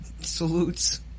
salutes